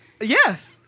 Yes